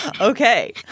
Okay